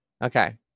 Okay